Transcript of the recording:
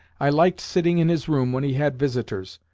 i liked sitting in his room when he had visitors,